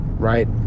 Right